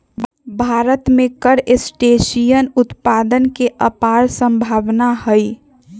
भारत में क्रस्टेशियन उत्पादन के अपार सम्भावनाएँ हई